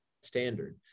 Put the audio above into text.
standard